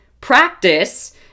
Practice